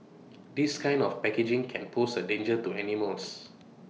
this kind of packaging can pose A danger to animals